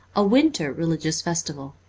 a winter religious festival.